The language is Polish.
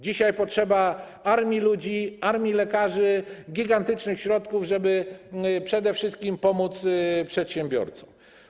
Dzisiaj potrzeba armii ludzi, armii lekarzy, gigantycznych środków, żeby przede wszystkim pomóc przedsiębiorcom.